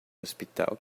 hospital